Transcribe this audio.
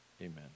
amen